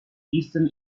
eastern